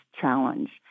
challenge